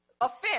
offense